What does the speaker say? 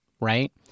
Right